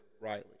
Riley